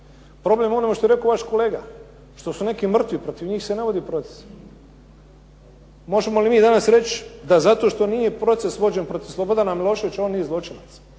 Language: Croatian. Problem je u onome što je rekao vaš kolega, što su neki mrtvi, protiv njih se ne vode procesi. Možemo li mi danas reći da zato što nije proces vođen protiv Slobodana Miloševića on nije zločinac?